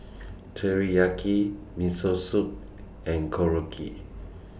Teriyaki Miso Soup and Korokke